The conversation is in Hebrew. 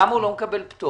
למה הוא לא מקבל פטור?